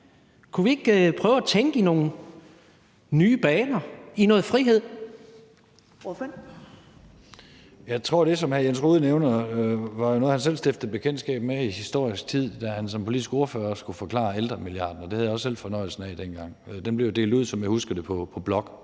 Kl. 10:37 Troels Lund Poulsen (V): Jeg tror, at det, som hr. Jens Rohde nævner, var noget, som han selv stiftede bekendtskab med i historisk tid, da han som politisk ordfører skulle forklare ældremilliarden. Det havde jeg også selv fornøjelsen af dengang. Den blev, som jeg husker det, delt